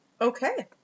Okay